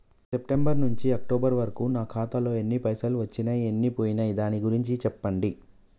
September నుంచి October వరకు నా ఖాతాలో ఎన్ని పైసలు వచ్చినయ్ ఎన్ని పోయినయ్ దాని గురించి చెప్పండి?